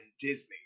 Disney